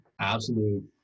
absolute